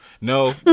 no